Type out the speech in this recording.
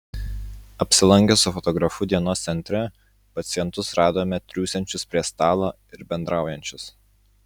apsilankę su fotografu dienos centre pacientus radome triūsiančius prie stalo ir bendraujančius